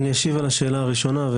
אני אשיב על השאלה הראשונה,